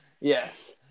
Yes